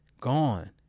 gone